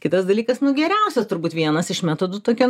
kitas dalykas nu geriausias turbūt vienas iš metodų tokia